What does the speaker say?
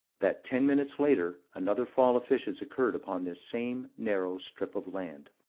that ten minutes later another fall of fishes occurred upon this same narrow strip of land.